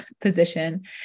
position